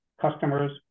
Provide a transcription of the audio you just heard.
customers